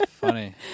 funny